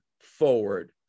forward